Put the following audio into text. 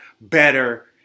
better